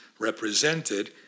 represented